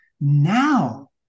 now